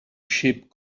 ship